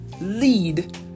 lead